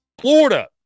Florida